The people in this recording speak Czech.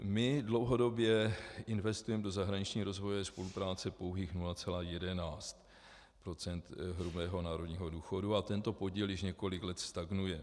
My dlouhodobě investujeme do zahraniční rozvojové spolupráce pouhých 0,11 % hrubého národního důchodu a tento podíl již několik let stagnuje.